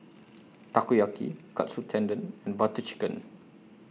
Takoyaki Katsu Tendon and Butter Chicken